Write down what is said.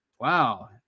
Wow